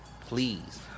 please